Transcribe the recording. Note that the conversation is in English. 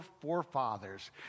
forefathers